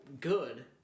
good